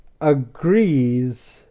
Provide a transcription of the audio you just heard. agrees